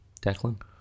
Declan